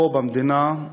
פה, במדינה,